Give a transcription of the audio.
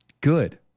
Good